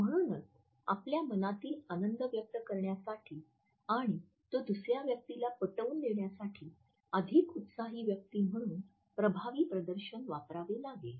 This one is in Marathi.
म्हणूनच आपल्या मनातील आनंद व्यक्त करण्यासाठी आणि तो दुसर्या व्यक्तीला पटवून देण्यासाठी अधिक उत्साही व्यक्ती म्हणून प्रभावी प्रदर्शन वापरावे लागेल